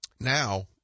Now